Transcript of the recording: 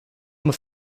muss